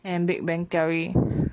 and big bang theory